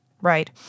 Right